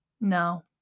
No